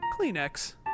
Kleenex